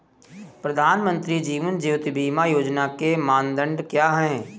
प्रधानमंत्री जीवन ज्योति बीमा योजना के मानदंड क्या हैं?